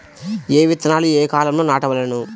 ఏ విత్తనాలు ఏ కాలాలలో నాటవలెను?